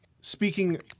speaking